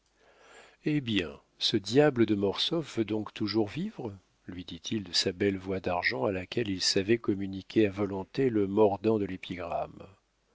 hé bien ce diable de mortsauf veut donc toujours vivre lui dit-il de sa belle voix d'argent à laquelle il savait communiquer à volonté le mordant de l'épigramme